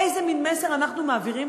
איזה מין מסר אנחנו מעבירים,